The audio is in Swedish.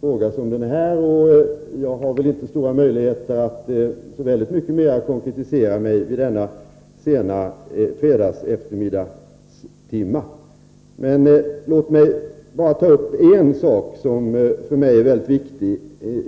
fråga som denna. Jag har inte heller stora möjligheter att konkretisera mig så mycket mer vid denna sena fredagseftermiddagstimme. Låt mig bara ta upp en sak, som är mycket viktig för mig.